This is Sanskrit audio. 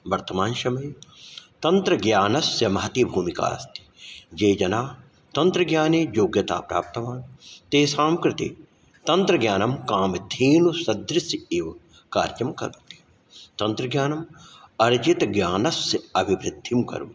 वर्तमानसमये तन्त्रज्ञानस्य महती भूमिका अस्ति ये जनाः तन्त्रज्ञाने योग्यता प्राप्तवान् तेषां कृते तन्त्रज्ञानं कामधेनुसदृशं एव कार्यं करोति तन्त्रज्ञानम् अर्जितज्ञानस्य अभिवृद्धिं करोति